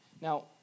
Now